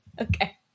Okay